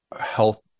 health